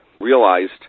realized